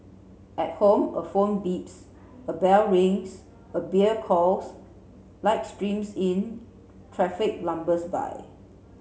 at home a phone beeps a bell rings a beer calls light streams in traffic lumbers by